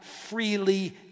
freely